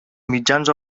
mitjans